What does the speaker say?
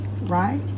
right